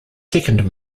second